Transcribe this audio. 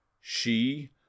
She—